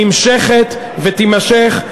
נמשכת ותימשך.